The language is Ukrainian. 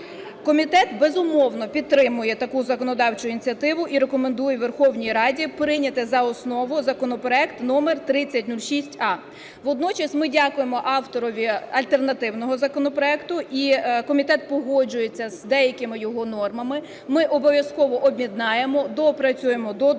Комітет, безумовно, підтримує таку законодавчу ініціативу і рекомендує Верховній Раді прийняти за основу законопроект номер 3006а. Водночас ми дякуємо авторові альтернативного законопроекту, і комітет погоджується з деякими його нормами. Ми обов'язково об'єднаємо, доопрацюємо до другого